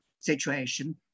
situation